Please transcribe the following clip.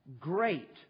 great